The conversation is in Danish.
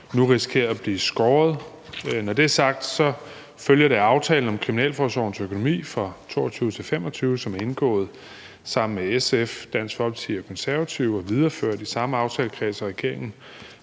nu risikerer at blive skåret. Når det er sagt, følger det af aftalen om kriminalforsorgens økonomi for 2022-2025, som er indgået sammen med SF, Dansk Folkeparti og Konservative og videreføres af de samme aftalekredse og regeringen,